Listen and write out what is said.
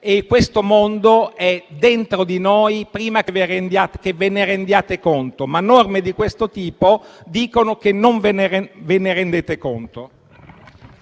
Questo mondo è dentro di noi prima che ve ne rendiate conto, ma norme di questo tipo dicono che non ve ne rendete conto.